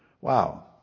Wow